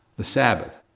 the sabbath,